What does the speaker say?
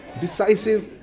decisive